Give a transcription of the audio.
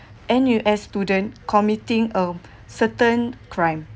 N_U_S student committing um certain crimes